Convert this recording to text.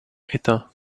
étain